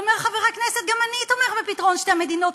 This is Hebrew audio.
ואומר חבר הכנסת: גם אני תומך בפתרון שתי המדינות,